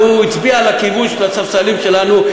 והצביע בכיוון של הספסלים שלנו,